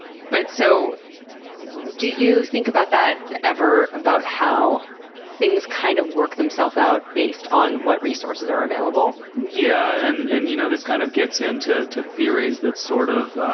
but so do you think about that ever? about how things, kind of, work themselves out based on what resources are available? yeah. and and you know, this kind of gets into to theories that, sort of,